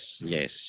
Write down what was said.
yes